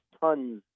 tons